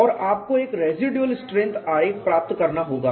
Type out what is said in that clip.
और आपको एक रेसीडुएल स्ट्रेंथ आरेख प्राप्त करना होगा